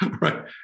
Right